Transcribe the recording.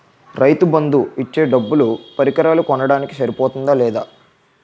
రైతు బందు ఇచ్చే డబ్బులు పరికరాలు కొనడానికి సరిపోతుందా లేదా?